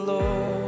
Lord